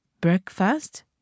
breakfast